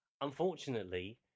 Unfortunately